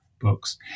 books